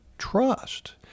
trust